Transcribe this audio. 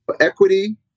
equity